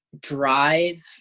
drive